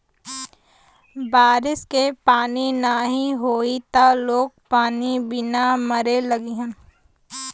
बारिश के पानी नाही होई त लोग पानी बिना मरे लगिहन